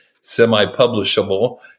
semi-publishable